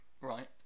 right